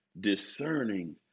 discerning